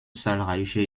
zahlreiche